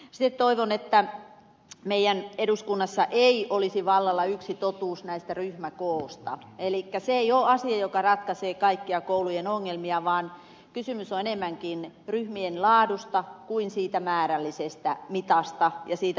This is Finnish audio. sitten toivon että meillä eduskunnassa ei olisi vallalla yksi totuus ryhmäkoosta elikkä se ei ole asia joka ratkaisee kaikki koulujen ongelmat vaan kysymys on enemmänkin ryhmien laadusta kuin siitä määrällisestä mitasta ja siitä lukumäärästä